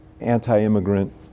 anti-immigrant